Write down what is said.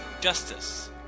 justice